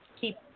keep